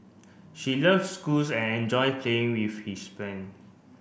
she loves schools and enjoy playing with his friend